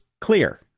clear